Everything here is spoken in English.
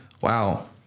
Wow